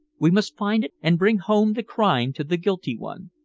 we must find it and bring home the crime to the guilty one.